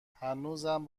هنوزم